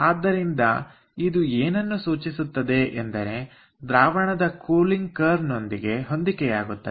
ಆದ್ದರಿಂದ ಇದು ಏನನ್ನು ಸೂಚಿಸುತ್ತದೆ ಎಂದರೆ ದ್ರಾವಣದ ಕೂಲಿಂಗ್ ಕರ್ವ ನೊಂದಿಗೆ ಹೊಂದಿಕೆಯಾಗುತ್ತದೆ